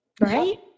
Right